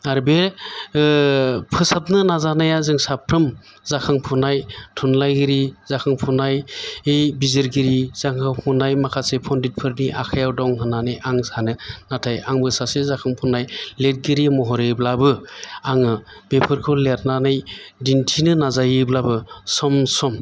आरो बे फोसाबनो नाजानाया जों साफ्रोम जाखांफुनाय थुनलाइगिरि जाखांफुनाय बिजिरगिरि जाखांफुनाय माखासे पन्दितफोरनि आखाइयाव दं होनानै आं सानो नाथाय आंबो सासे जाखांफुनाय लिरगिरि महरैब्लाबो आङो बेफोरखौ लिरनानै दिन्थिनो नाजायोब्लाबो सम सम